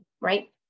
right